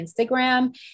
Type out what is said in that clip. Instagram